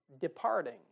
departing